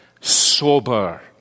sober